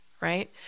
right